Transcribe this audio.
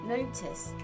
Notice